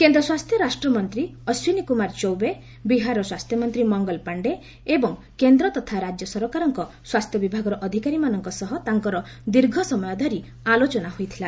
କେନ୍ଦ୍ର ସ୍ୱାସ୍ଥ୍ୟ ରାଷ୍ଟ୍ରମନ୍ତ୍ରୀ ଅଶ୍ୱିନୀ କ୍ରମାର ଚୌବେ ବିହାରର ସ୍ୱାସ୍ଥ୍ୟମନ୍ତ୍ରୀ ମଙ୍ଗଳ ପାଣ୍ଡେ ଏବଂ କେନ୍ଦ୍ର ତଥା ରାଜ୍ୟ ସରକାରଙ୍କ ସ୍ୱାସ୍ଥ୍ୟ ବିଭାଗ ଅଧିକାରୀମାନଙ୍କ ସହ ତାଙ୍କ ଦୀର୍ଘ ସମୟ ଧରି ଆଲୋଚନା ହୋଇଥିଲା